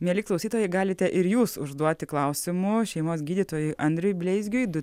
mieli klausytojai galite ir jūs užduoti klausimų šeimos gydytojui andriui bleizgiui du